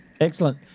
Excellent